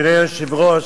אדוני היושב-ראש,